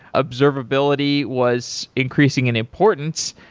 observability was increasing in importance.